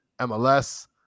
MLS